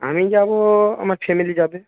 আমি যাবো আমার ছেলে যে যাবে